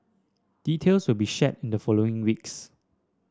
details will be shared in the following weeks